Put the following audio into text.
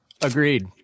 Agreed